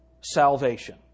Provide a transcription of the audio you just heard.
salvation